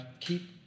keep